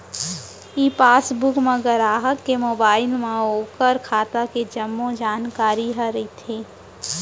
ई passbook म गराहक के मोबाइल म ओकर खाता के जम्मो जानकारी ह रइथे